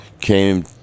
came